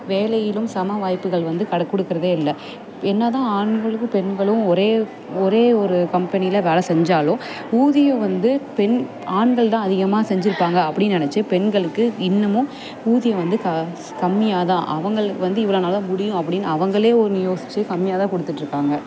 வேலையிலும் சம வாய்ப்புகள் வந்து கொடுக்குறதே இல்லை என்ன தான் ஆண்களுக்கும் பெண்களும் ஒரே ஒரே ஒரு கம்பெனியில் வேலை செஞ்சாலும் ஊதியம் வந்து பெண் ஆண்கள் தான் அதிகமாக செஞ்சிருப்பாங்க அப்படின்னு நினச்சி பெண்களுக்கு இன்னுமும் ஊதியம் வந்து க கம்மியாக தான் அவங்களுக்கு வந்து இவ்வளோனால தான் முடியும் அப்படின்னு அவங்களே ஒன்று யோசித்து கம்மியாக தான் கொடுத்துட்டுருக்காங்க